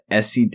sc